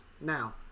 now